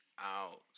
out